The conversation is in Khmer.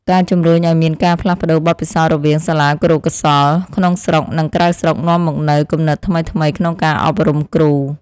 ការជំរុញឱ្យមានការផ្លាស់ប្តូរបទពិសោធន៍រវាងសាលាគរុកោសល្យក្នុងស្រុកនិងក្រៅស្រុកនាំមកនូវគំនិតថ្មីៗក្នុងការអប់រំគ្រូ។